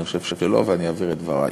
אני חושב שלא, ואני אבהיר את דברי.